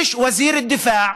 מיש וזיר א-דיפאע,